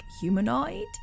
humanoid